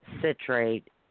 citrate